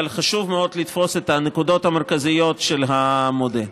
אבל חשוב מאוד לתפוס את הנקודות המרכזיות של המודל.